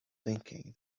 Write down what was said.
thinking